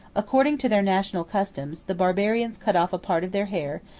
according to their national custom, the barbarians cut off a part of their hair,